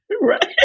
Right